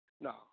no